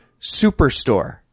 superstore